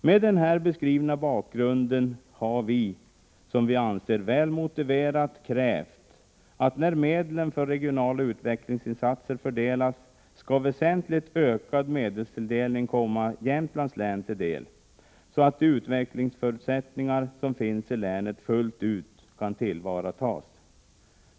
Med den här beskrivna bakgrunden har vi, enligt vår mening väl motiverat, krävt att vid fördelningen av medel för regionala utvecklingsinsatser väsentligt ökad medelstilldelning skall komma Jämtlands län till del, så att de utvecklingsförutsättningar som finns i länet fullt ut kan tillvaratas.